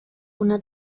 una